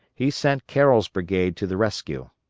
he sent carroll's brigade to the rescue.